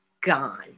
gone